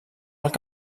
alt